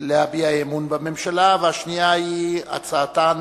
להביע אי-אמון בממשלה, והשנייה היא הצעתן